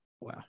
Wow